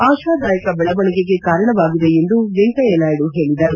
ಆಶಾದಾಯಕ ಬೆಳವಣಿಗೆಗೆ ಕಾರಣವಾಗಿದೆ ಎಂದು ವೆಂಕಯ್ಯನಾಯ್ತು ಹೇಳಿದರು